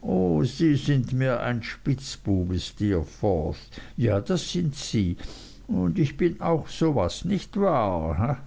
o sie sind mir ein spitzbube steerforth ja das sind sie und ich bin auch so was nicht wahr